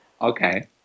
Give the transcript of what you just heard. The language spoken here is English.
Okay